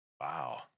Wow